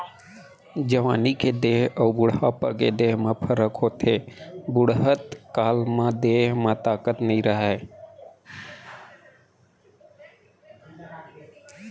जवानी के देंह अउ बुढ़ापा के देंह म फरक होथे, बुड़हत काल म देंह म ताकत नइ रहय